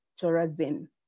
Chorazin